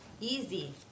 easy